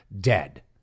dead